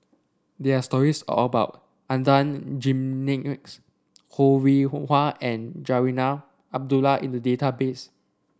there are stories about Adan Jimenez Ho Rih Hwa and Zarinah Abdullah in the database